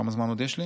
כמה זמן עוד יש לי?